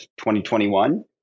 2021